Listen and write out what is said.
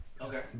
Okay